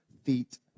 feet